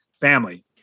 family